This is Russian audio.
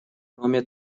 кроме